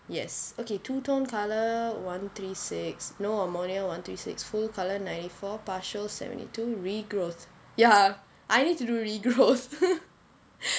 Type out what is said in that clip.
yes okay two tone colour one three six no ammonium one three six full colour ninety four partial seventy two regrowth ya I need to do regrowth